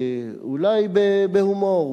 אולי בהומור,